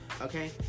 okay